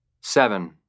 Seven